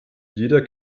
jeder